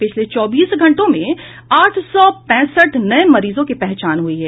पिछले चौबीस घंटों में आठ सौ पैंसठ नये मरीजों की पहचान हुई है